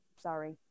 Sorry